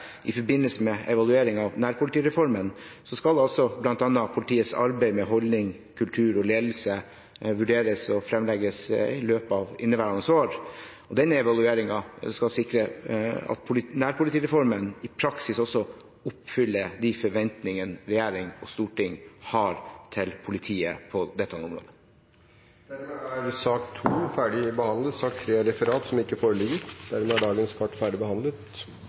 I forbindelse med evalueringen av nærpolitireformen skal bl.a. politiets arbeid med holdninger, kultur og ledelse vurderes, og det framlegges i løpet av inneværende år. Den evalueringen skal sikre at nærpolitireformen i praksis også oppfyller de forventninger regjeringen og Stortinget har til politiet på dette området. Dermed er den ordinære spørretimen omme. Det foreligger ikke noe referat. Dermed er dagens kart